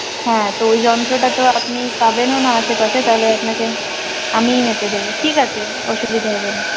হ্যাঁ তো ওই যন্ত্রটা তো আপনি পাবেনও না আশেপাশে তাহলে আপনাকে আমিই মেপে দেব ঠিক আছে অসুবিধা হবে না